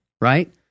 Right